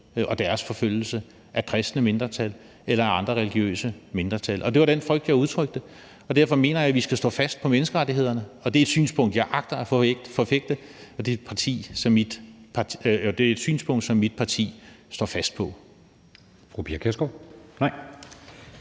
og deres forfølgelse af kristne mindretal eller andre religiøse mindretal. Det var den frygt, jeg udtrykte. Og derfor mener jeg, at vi skal stå fast på menneskerettighederne, og det er et synspunkt, jeg agter at forfægte, og det er et synspunkt, som mit parti står fast på.